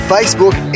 Facebook